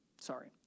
Sorry